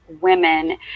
women